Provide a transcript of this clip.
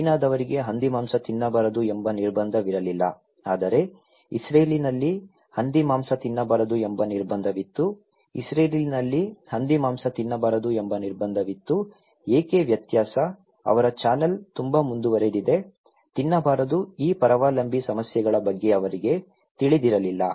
ಚೀನಾದವರಿಗೆ ಹಂದಿ ಮಾಂಸ ತಿನ್ನಬಾರದು ಎಂಬ ನಿರ್ಬಂಧವಿರಲಿಲ್ಲ ಆದರೆ ಇಸ್ರೇಲಿನಲ್ಲಿ ಹಂದಿ ಮಾಂಸ ತಿನ್ನಬಾರದು ಎಂಬ ನಿರ್ಬಂಧವಿತ್ತು ಇಸ್ರೇಲಿನಲ್ಲಿ ಹಂದಿ ಮಾಂಸ ತಿನ್ನಬಾರದು ಎಂಬ ನಿರ್ಬಂಧವಿತ್ತು ಏಕೆ ವ್ಯತ್ಯಾಸ ಅವರ ಚಾನೆಲ್ ತುಂಬಾ ಮುಂದುವರಿದಿದೆ ತಿನ್ನಬಾರದ ಈ ಪರಾವಲಂಬಿ ಸಮಸ್ಯೆಗಳ ಬಗ್ಗೆ ಅವರಿಗೆ ತಿಳಿದಿರಲಿಲ್ಲ